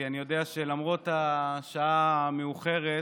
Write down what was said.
כי אני יודע שלמרות השעה המאוחרת,